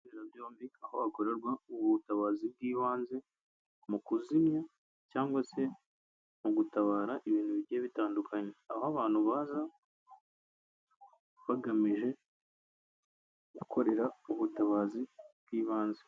Ibitaro byombi aho hagororwa ubutabazi bw'ibanze mu kuzimya cyangwa se mu gutabara ibintu bigiye bitandukanye, aho abantu baza bagamije gukorera ubutabazi bw'ibanze.